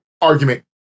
argument